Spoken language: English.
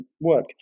work